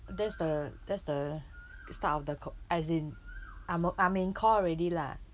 that's the that's the start of the c~ as in I'm a I'm in call already lah